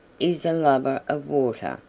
is a lover of water.